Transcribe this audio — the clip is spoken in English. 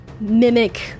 mimic